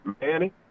Manny